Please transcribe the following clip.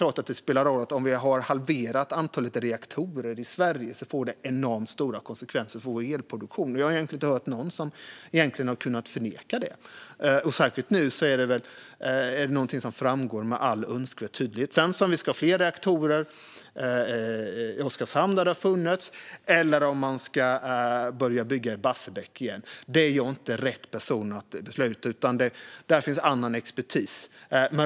Om antalet reaktorer i Sverige halveras får det givetvis enormt stora konsekvenser för vår elproduktion. Jag har inte hört någon som har kunnat förneka det. Och just nu framgår detta med all önskvärd tydlighet. Om vi ska ha fler reaktorer i Oskarshamn eller om man ska börja bygga i Barsebäck igen är jag inte rätt person att besluta, utan här finns annan expertis.